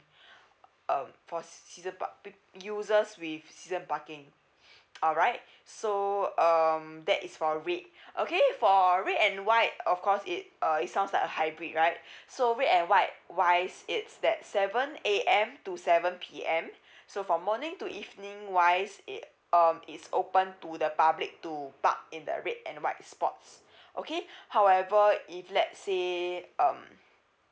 um for seasons park pe~ users with season parking alright so um that is for red okay for red and white of course it uh it sounds like uh hybrid right so red and white wise it's that seven A_M to seven P_M so for morning to evening wise it's um open to the public to park in the red and white spots okay however if let's say um